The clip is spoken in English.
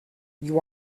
you